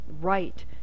right